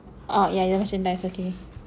oh ya merchandise okay